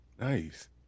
nice